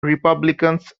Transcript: republicans